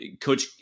Coach